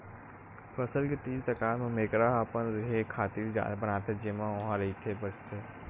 फसल के तीर तिखार म मेकरा ह अपन रेहे खातिर जाल बनाथे जेमा ओहा रहिथे बसथे